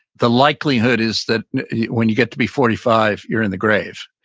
the likelihood is that when you get to be forty five, you're in the grave,